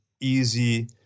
easy